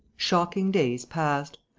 shocking days passed.